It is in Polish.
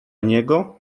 niego